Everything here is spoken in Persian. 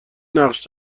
نقش